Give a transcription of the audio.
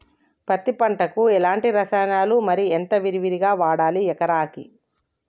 పత్తి పంటకు ఎలాంటి రసాయనాలు మరి ఎంత విరివిగా వాడాలి ఎకరాకి?